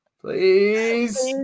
Please